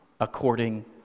according